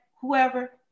whoever